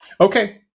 Okay